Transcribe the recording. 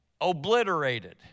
obliterated